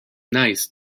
nice